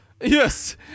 Yes